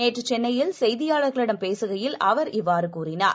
நேற்றுசென்னையில் செய்தியாளர்களிடம் பேசுகையில் அவர் இவ்வாறுகூறினார்